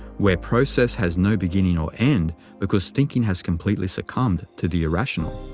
where process has no beginning or end because thinking has completely succumbed to the irrational.